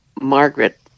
Margaret